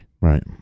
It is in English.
Right